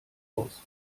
aus